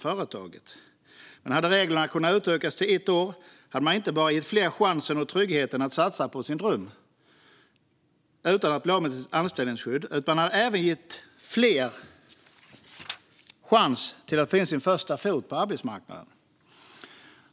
Om reglerna utökas till ett år får fler chansen och tryggheten att satsa på sin dröm utan att bli av med sitt anställningsskydd, och det ger fler en chans att få in foten på arbetsmarknaden.